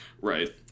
right